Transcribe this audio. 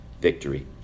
Victory